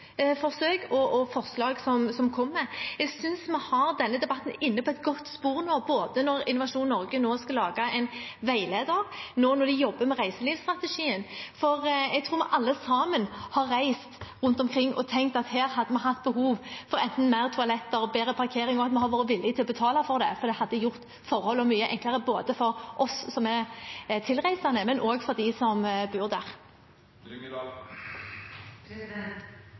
og forslag som kommer. Jeg synes vi har denne debatten inne på et godt spor nå, både når Innovasjon Norge nå skal lage en veileder, og når de nå jobber med reiselivsstrategien. Jeg tror vi alle sammen har reist rundt omkring og tenkt at her hadde vi behov for flere toaletter og bedre parkering, og at vi hadde vært villig til å betale for det, for det hadde gjort forholdene mye enklere både for oss som er tilreisende, og for dem som